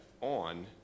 on